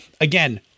again